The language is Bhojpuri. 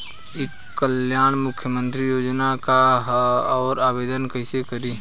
ई कल्याण मुख्यमंत्री योजना का है और आवेदन कईसे करी?